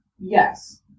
Yes